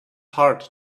heart